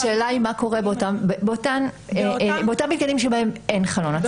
השאלה מה קורה באותם מתקנים שבהם אין חלון הצצה?